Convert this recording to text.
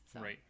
Right